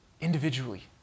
individually